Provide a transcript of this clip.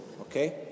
Okay